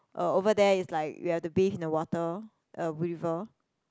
uh over there is like we have to bathe in the water a river